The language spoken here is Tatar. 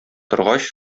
торгач